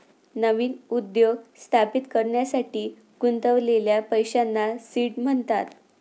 नवीन उद्योग स्थापित करण्यासाठी गुंतवलेल्या पैशांना सीड म्हणतात